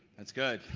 that's good.